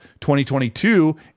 2022